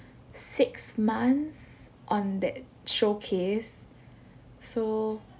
six months on that showcase so